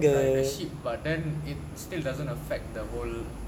ridership but then it still doesn't affect the whole